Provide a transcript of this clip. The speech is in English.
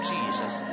Jesus